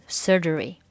surgery